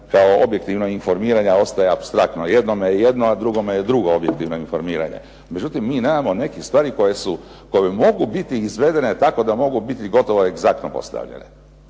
kao objektivno informiranje a ostaje apstraktno. Jednome je jedno a drugome je drugo objektivno informiranje. Međutim, mi nemamo nekih stvari koje mogu biti izvedene tako da mogu biti gotovo egzaktno postavljene.